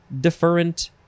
deferent